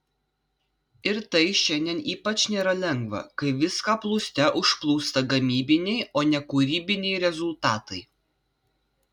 ir tai šiandien ypač nėra lengva kai viską plūste užplūsta gamybiniai o ne kūrybiniai rezultatai